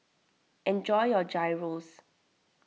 enjoy your Gyros